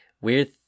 weird